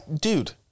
dude